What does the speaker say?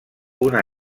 una